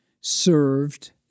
served